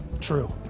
True